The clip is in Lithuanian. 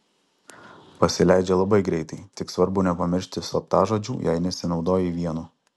pasileidžia labai greitai tik svarbu nepamiršti slaptažodžių jei nesinaudoji vienu